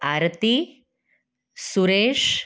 Aarti Suresh